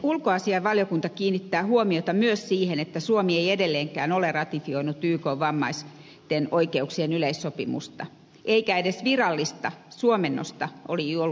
ulkoasiainvaliokunta kiinnittää huomiota myös siihen että suomi ei edelleenkään ole ratifioinut ykn vammaisten oikeuksien yleissopimusta eikä edes virallista suomennosta ole julkaistu